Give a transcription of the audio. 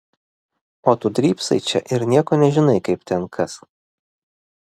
o tu drybsai čia ir nieko nežinai kaip ten kas